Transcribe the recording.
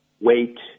wait